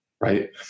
Right